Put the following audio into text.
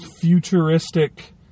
futuristic